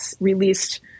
released